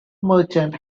merchant